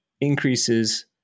increases